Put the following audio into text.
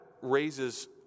raises